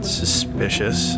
suspicious